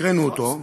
הקראנו אותו,